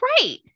Right